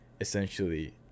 essentially